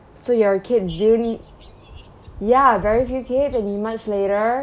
so your kids do need ya very few kids and much later